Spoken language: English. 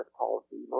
policy